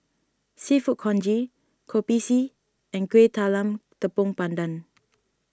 Seafood Congee Kopi C and Kueh Talam Tepong Pandan